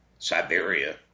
Siberia